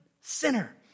sinner